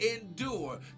endure